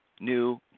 new